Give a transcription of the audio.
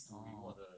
orh